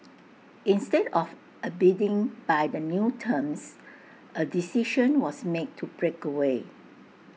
instead of abiding by the new terms A decision was made to break away